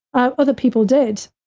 ah other people did,